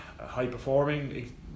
high-performing